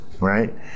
right